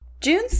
June